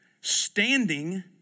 Standing